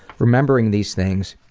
remembering these things,